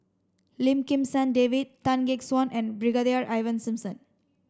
Lim Kim San David Tan Gek Suan and Brigadier Ivan Simson